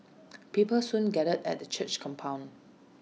people soon gathered at the church's compound